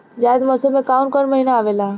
जायद मौसम में काउन काउन महीना आवेला?